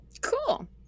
Cool